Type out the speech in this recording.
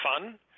fun